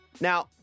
Now